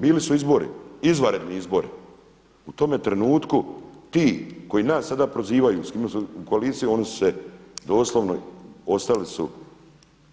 Bili su izbori, izvanredni izbori, u tome trenutku ti koji nas sada prozivaju u koaliciji oni su se doslovno